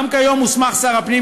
גם כיום מוסמך שר הפנים,